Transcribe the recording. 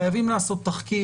חייבים לעשות תחקיר,